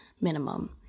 minimum